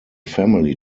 family